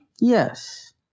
Yes